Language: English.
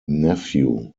nephew